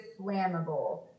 flammable